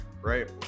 right